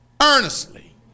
Earnestly